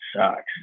sucks